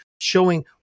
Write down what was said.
showing